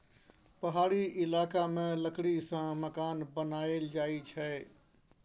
पहाड़ी इलाका मे लकड़ी सँ मकान बनाएल जाई छै